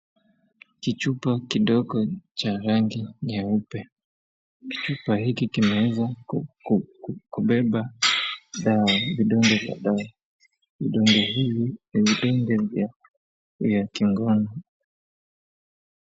Kichupa kidogo cha rangi nyeupe, kichupa hiki kimeweza kubeba dawa, vidonge vya dawa. Vidonge hivi ni vidonge vya kingono.